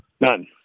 None